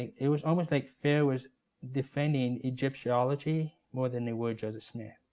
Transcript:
it was almost like fair was defending egyptology more than they were joseph smith.